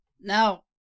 Now